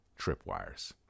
tripwires